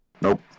nope